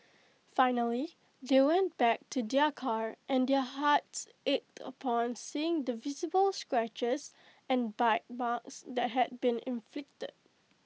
finally they went back to their car and their hearts ached upon seeing the visible scratches and bite marks that had been inflicted